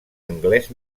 anglès